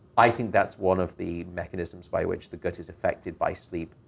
i think that's one of the mechanisms by which the gut is affected by sleep.